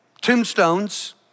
Tombstones